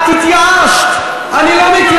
אני לא מאמינה